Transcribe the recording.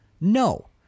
no